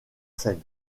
seine